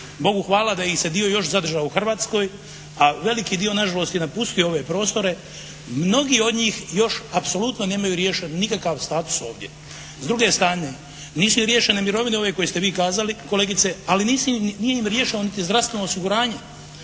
Bogu Hvala da ih se dio još zadržao u Hrvatskoj a veliki dio nažalost je napustio ove prostore mnogi od njih još apsolutno nemaju riješen nikakav status ovdje. S druge strane, nisu riješene mirovine ove koje ste vi kazali kolegice ali nije im riješeno ni zdravstveno osiguranje